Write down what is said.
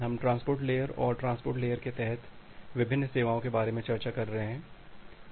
हम transport layer और transport layer के तहत विभिन्न सेवाओं के बारे में चर्चा कर रहे हैं